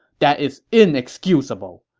that is inexcusable!